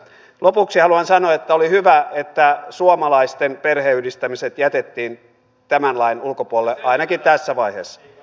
lopuksi haluan sanoa että oli hyvä että suomalaisten perheenyhdistämiset jätettiin tämän lain ulkopuolelle ainakin tässä vaiheessa